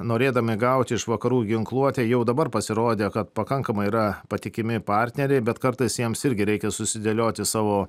norėdami gauti iš vakarų ginkluotę jau dabar pasirodė kad pakankamai yra patikimi partneriai bet kartais jiems irgi reikia susidėlioti savo